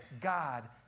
God